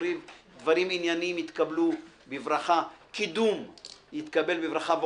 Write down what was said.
דברים ענייניים יתקבלו בברכה, קידום יתקבל בברכה.